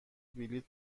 بلیط